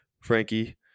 Frankie